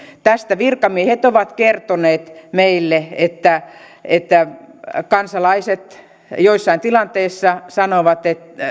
tästä virkamiehet ovat kertoneet meille että että kansalaiset joissain tilanteissa sanovat